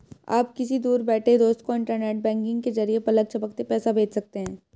आप किसी दूर बैठे दोस्त को इन्टरनेट बैंकिंग के जरिये पलक झपकते पैसा भेज सकते हैं